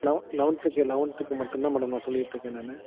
லெவ லெவன்த்துக்கு லெவன்த்துக்கு மட்டும் தான் மேடம் நான் சொல்லிகிட்ருக்கேன் நான்